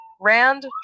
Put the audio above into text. Rand